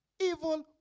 evil